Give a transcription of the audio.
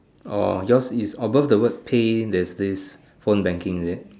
orh yours is above the word pay there's this phone banking is it